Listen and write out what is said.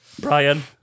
Brian